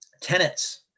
tenets